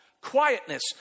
Quietness